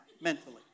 mentally